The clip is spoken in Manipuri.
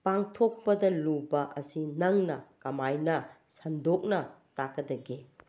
ꯄꯥꯡꯊꯣꯛꯄꯗ ꯂꯨꯕ ꯑꯁꯤ ꯅꯪꯅ ꯀꯃꯥꯏꯅ ꯁꯟꯗꯣꯛꯅ ꯇꯥꯛꯀꯗꯒꯦ